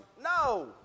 No